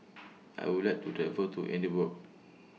I Would like to travel to Edinburgh